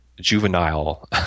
juvenile